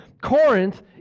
Corinth